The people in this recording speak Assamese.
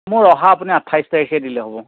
মোৰ অহা আপুনি আঠাইছ তাৰিখে দিলেই হ'ব